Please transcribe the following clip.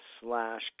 slash